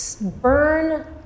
burn